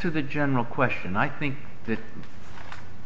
to the general question i think that